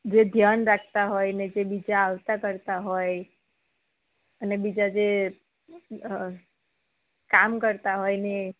જે ધ્યાન રાખતા હોય ને જે બીજા આવતા કરતાં હોય અને બીજા જે કામ કરતાં હોય ને